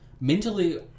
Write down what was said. mentally